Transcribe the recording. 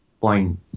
point